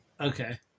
Okay